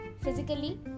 physically